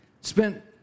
spent